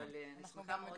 אני שמחה מאוד